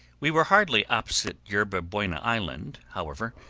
we were hardly opposite yerba buena island, however,